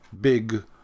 big